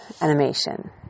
animation